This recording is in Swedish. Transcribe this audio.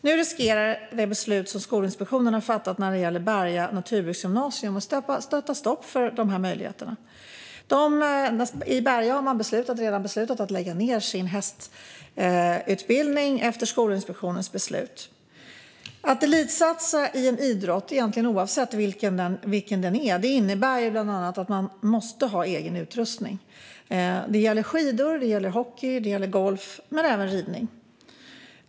Nu riskerar det beslut som Skolinspektionen har fattat när det gäller Berga naturbruksgymnasium att sätta stopp för den här möjligheten. I Berga har man beslutat att lägga ned sin hästutbildning efter Skolinspektionens beslut. Att elitsatsa i en idrott, oavsett vilken den är, innebär bland annat att man måste ha egen utrustning. Det gäller skidåkning, hockey och golf men även ridning.